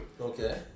Okay